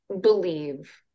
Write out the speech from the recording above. believe